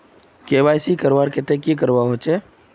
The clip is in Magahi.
के.वाई.सी करवार केते की करवा होचए?